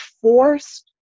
forced